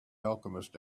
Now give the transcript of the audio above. alchemist